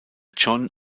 john